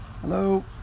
hello